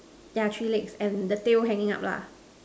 yeah three legs and the tail hanging up lah